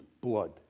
blood